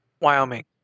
Wyoming